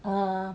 uh